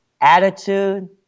Attitude